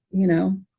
you know.